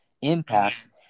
impacts